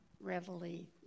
readily